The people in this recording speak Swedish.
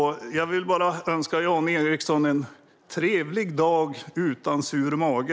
Jag vill bara önska Jan Ericson en trevlig dag utan sur mage.